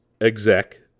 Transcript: exec